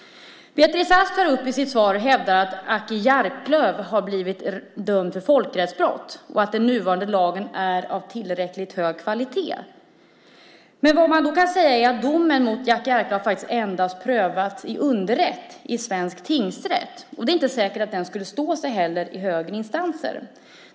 Beatrice Ask hävdar i sitt svar att Jackie Arklöv har blivit dömd för folkrättsbrott och att den nuvarande lagen är av tillräckligt hög kvalitet. Vad man då kan säga är att domen mot Jackie Arklöv faktiskt endast har prövats i underrätt, i svensk tingsrätt. Det är inte säkert att den skulle stå sig i högre instanser.